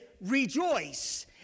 rejoice